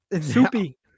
Soupy